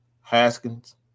Haskins